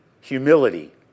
humility